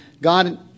God